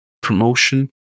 promotion